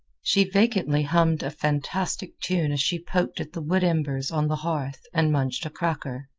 she vacantly hummed a fantastic tune as she poked at the wood embers on the hearth and munched a cracker.